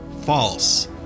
false